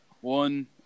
one